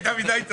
מי זה